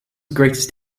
greatest